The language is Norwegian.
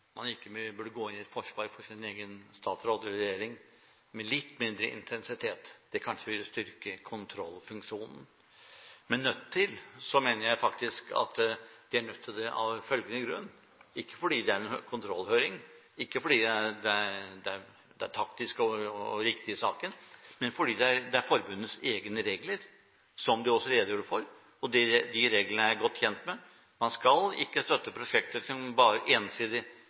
man ikke burde gå inn i et forsvar for sin egen statsråd eller regjering med litt mindre intensitet. Det ville kanskje styrke kontrollfunksjonen. Med «nødt til» mener jeg faktisk at de er nødt til det ikke fordi det er en kontrollhøring, ikke fordi det er taktisk riktig i saken, men fordi det er forbundets egne regler, som de også redegjorde for, og de reglene er jeg godt kjent med: Man skal ikke støtte prosjekter som ensidig